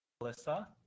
Melissa